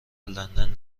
لندن